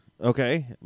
Okay